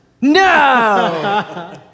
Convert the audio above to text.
No